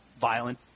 violent